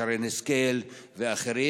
שרן השכל ואחרים.